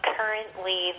currently